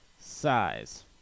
size